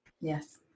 yes